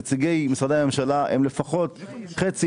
נציגי משרדי הממשלה הם לפחות חצי,